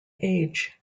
age